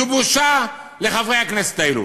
זו בושה לחברי הכנסת האלו.